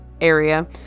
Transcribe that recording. area